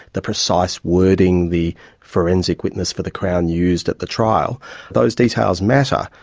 the precise wording the forensic witness for the crown used at the trial those details matter,